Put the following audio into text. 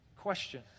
Question